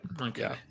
okay